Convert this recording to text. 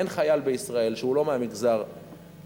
אין חייל בישראל, שהוא לא ממגזר המיעוטים,